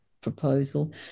proposal